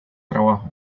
trabajo